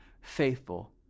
faithful